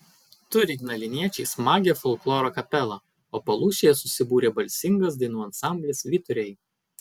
turi ignaliniečiai smagią folkloro kapelą o palūšėje susibūrė balsingas dainų ansamblis vyturiai